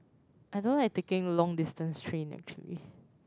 I don't like taking long distance train actually